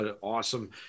awesome